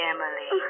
Emily